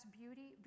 beauty